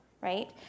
right